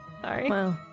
sorry